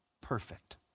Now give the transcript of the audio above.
perfect